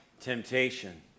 temptation